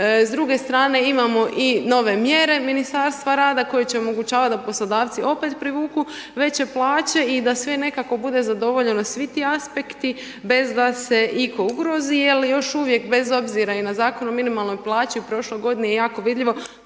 s druge strane imamo i nove mjere Ministarstva rada koje će omogućavati da poslodavci opet privuku veće plaće i da sve nekako bude zadovoljeno, svi ti aspekti, bez da se itko ugrozi jer još uvijek, bez obzira i na Zakon o minimalnoj plaći, u prošloj godini je jako vidljivo